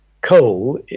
coal